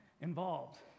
involved